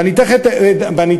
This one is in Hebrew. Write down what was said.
ואני תכף אדבר,